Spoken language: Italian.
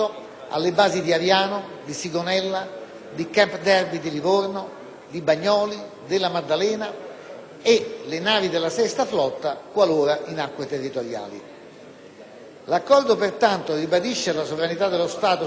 e alle navi della VI Flotta, se in acque territoriali. L'Accordo, pertanto, ribadisce la sovranità dello Stato sul territorio nazionale sul quale insiste «ogni attrezzatura, edificio, nave o aeromobile di bandiera